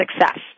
success